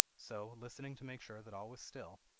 so, listening to make sure that all was still,